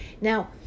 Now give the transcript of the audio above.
Now